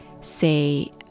say